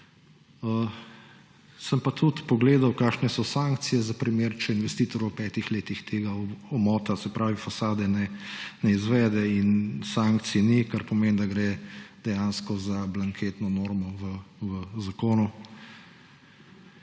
Sem pa tudi pogledal, kakšne so sankcije za primer, če investitor v petih letih tega omota, se pravi fasade, ne izvede in sankcij ni, kar pomeni, da gre dejansko za blanketno normo v zakonu.